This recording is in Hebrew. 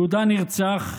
יהודה נרצח,